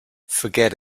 forget